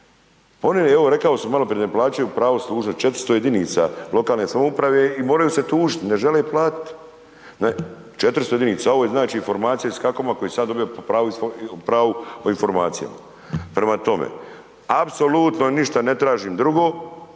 oni, evo rekao sam maloprije, ne plaćaju pravo služnosti, 400 jedinica lokalne samouprave i moraju se tužit, ne žele platiti, 400 jedinica, ovo je znači formacija kako je onima koji sada dobiju po pravu o informacijama. Prema tome, apsolutno ništa ne tražim drugo